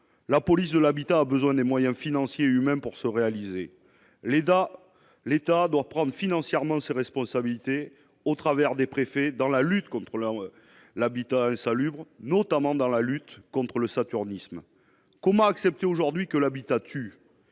la police de l'habitat a besoin des moyens financiers et humains pour se réaliser, l'État, l'État doit prendre financièrement de ses responsabilités au travers des préfets dans la lutte contre leur l'habitat insalubre, notamment dans la lutte contre le saturnisme, comment accepter aujourd'hui que l'habitat tu